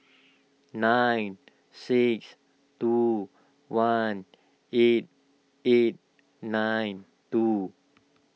nine six two one eight eight nine two